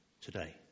today